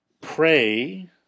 pray